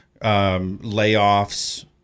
layoffs